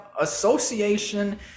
association